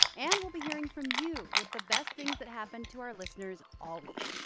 and we'll be hearing from you with the best things that happened to our listeners all week.